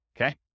okay